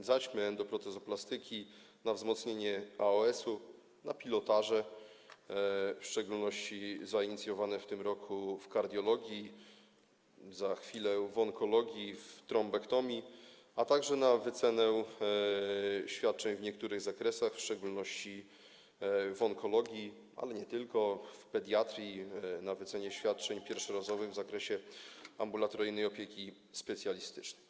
zaćmy, endoprotezoplastyki, wzmocnienie AOS-u, pilotaże, w szczególności zainicjowane w tym roku w kardiologii, za chwilę w onkologii, w trombektomii, a także wycenę świadczeń w niektórych zakresach, w szczególności w onkologii, ale nie tylko, w pediatrii, wycenę świadczeń pierwszorazowych w zakresie ambulatoryjnej opieki specjalistycznej.